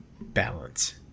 Balance